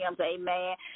Amen